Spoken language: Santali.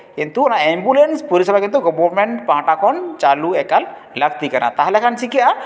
ᱠᱤᱱᱛᱩ ᱚᱱᱟ ᱮᱢᱵᱩᱞᱮᱱᱥ ᱯᱚᱨᱤᱥᱮᱵᱟ ᱠᱤᱱᱛᱩ ᱜᱚᱵᱷᱚᱨᱱᱢᱮᱱᱴ ᱯᱟᱦᱴᱟ ᱠᱷᱚᱱ ᱪᱟᱹᱞᱩ ᱮᱠᱟᱞ ᱞᱟᱹᱠᱛᱤ ᱠᱟᱱᱟ ᱛᱟᱦᱚᱞᱮ ᱠᱷᱟᱱ ᱪᱤᱠᱟᱹᱜᱼᱟ